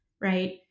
right